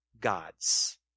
gods